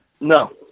No